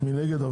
מי נגד?